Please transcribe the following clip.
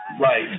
Right